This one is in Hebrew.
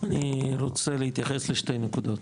אני רוצה להתייחס לשתי נקודות.